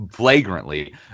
flagrantly